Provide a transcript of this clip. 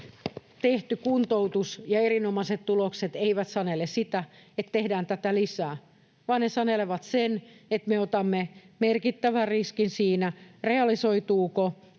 tehty kuntoutus ja erinomaiset tulokset eivät sanele sitä, että tätä tehdään lisää, vaan ne sanelevat sen, että me otamme merkittävän riskin siinä, realisoituuko